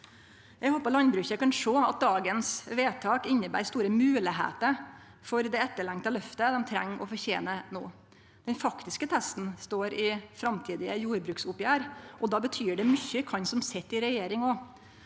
Eg håpar landbruket kan sjå at vedtaket i dag inneber store moglegheiter for det etterlengta løftet dei treng og fortener no. Den faktiske testen står i framtidige jordbruksoppgjer, og då betyr det mykje kven som sit i regjering.